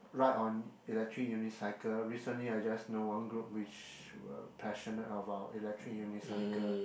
ride on electric unicycle recently I just know one group which were passionately about electric unicycle